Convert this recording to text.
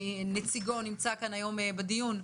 שנציגו נמצא כאן היום בדיון,